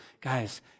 Guys